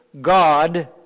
God